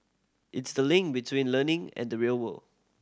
it's the link between learning and the real world